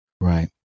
Right